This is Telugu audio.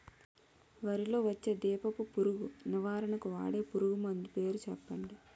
వరిలో పచ్చ దీపపు పురుగు నివారణకు వాడే పురుగుమందు పేరు చెప్పండి?